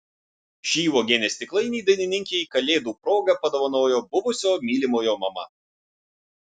šį uogienės stiklainį dainininkei kalėdų proga padovanojo buvusio mylimojo mama